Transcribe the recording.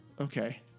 Okay